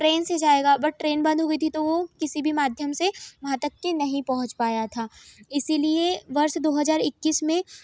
train से जाएगा but train बंद हो गई थी तो वह किसी भी माध्यम से वहाँ तक के नहीं पहुँच पाया था इसलिए वर्ष दो हज़ार इक्कीस में